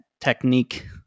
technique